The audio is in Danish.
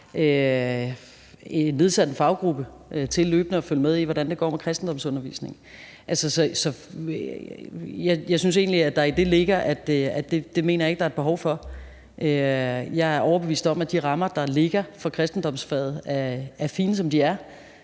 har nedsat en faggruppe til, altså løbende at følge med i, hvordan det går med kristendomsundervisningen. Så altså, jeg synes egentlig, at der i dét ligger, at jeg ikke mener, at der er behov for det; det mener jeg ikke der er. Jeg er overbevist om, at de rammer, der ligger for kristendomsfaget, er fine, som de er,